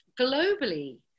globally